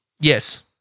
Yes